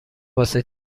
واسه